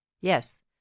yes